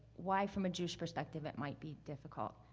why from a jewish perspective it might be difficult.